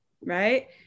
right